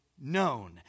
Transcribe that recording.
known